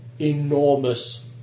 enormous